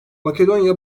makedonya